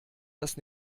das